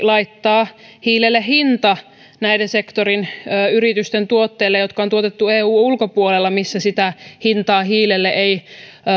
laittaa hiilelle hinta näiden sektorien yritysten tuotteille jotka on tuotettu eun ulkopuolella missä sitä hintaa hiilelle ei